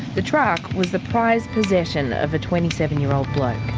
the truck. was the prized possession of a twenty seven year old bloke.